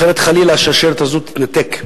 אחרת, חלילה, השרשרת תתנתק.